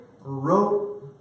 wrote